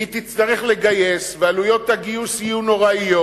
והיא תצטרך לגייס, ועלויות הגיוס יהיו נוראיות,